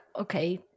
okay